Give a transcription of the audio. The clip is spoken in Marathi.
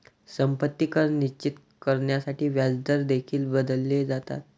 संपत्ती कर निश्चित करण्यासाठी व्याजदर देखील बदलले जातात